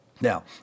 Now